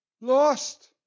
lost